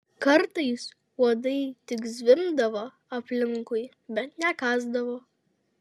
kartais uodai tik zvimbdavo aplinkui bet nekąsdavo